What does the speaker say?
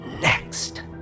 next